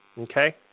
Okay